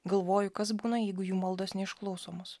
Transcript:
galvoju kas būna jeigu jų maldos neišklausomos